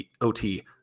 OT